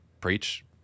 preach